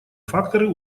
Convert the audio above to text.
факторы